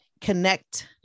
connect